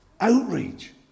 Outrage